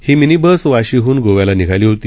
ही mini bus वाशीहन गोव्याला निघाली होती